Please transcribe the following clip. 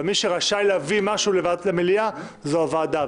אבל מי שרשאי להביא משהו לוועדת המליאה זו הוועדה,